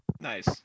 Nice